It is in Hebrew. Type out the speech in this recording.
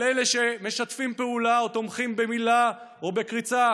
על אלה שמשתפים פעולה או תומכים במילה או בקריצה